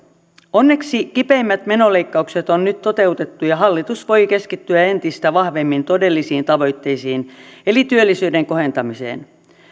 onneksi kipeimmät menoleikkaukset on nyt toteutettu ja hallitus voi keskittyä entistä vahvemmin todellisiin tavoitteisiin eli työllisyyden kohentamiseen